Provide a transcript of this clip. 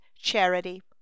charity